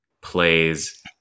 plays